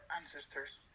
ancestors